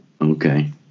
Okay